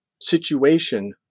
situation